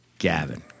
Gavin